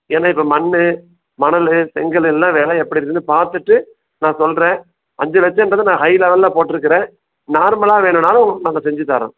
ஏன்னா இப்போ மண்ணு மணல் செங்கல் எல்லாம் வில எப்படி இருக்குன்னு பார்த்துட்டு நான் சொல்கிறேன் அஞ்சு லட்சன்றது நான் ஹை லெவலில் போட்டுருக்கிறேன் நார்மலாக வேணுனாலும் உங்களுக்கு நாங்கள் செஞ்சி தரோம்